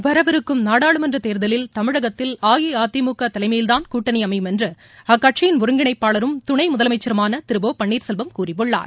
வரவிருக்கும் நாடாளுமன்றத் தேர்தலில் தமிழகத்தில் அஇஅதிமுக தலைமையில்தான் கூட்டனி அமையும் என்று அக்கட்சியின் ஒருங்கிணைப்பாளரும் துணை முதலமைச்சருமான திரு ஒ பன்னீர்செல்வம் கூறியுள்ளார்